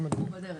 הוא בדרך.